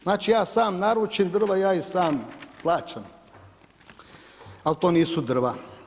Znači ja sam naručim drva, ja ih sam plaćam, al to nisu drva.